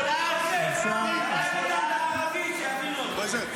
--- כמות הטרור --- דוידסון ויוראי,